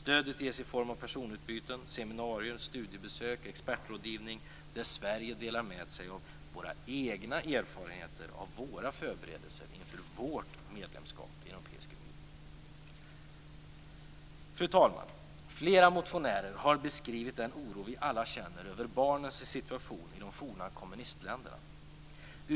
Stödet ges i form av personutbyten, seminarier, studiebesök och expertrådgivning, där Sverige delar med sig av sina egna erfarenheter av sina förberedelser inför vårt medlemskap i Europeiska unionen. Fru talman! Flera motionärer har beskrivit den oro vi alla känner över barnens situation i de forna kommunistländerna.